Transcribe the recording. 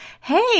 Hey